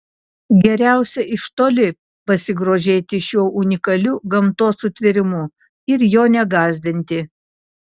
geriausia iš toli pasigrožėti šiuo unikaliu gamtos sutvėrimu ir jo negąsdinti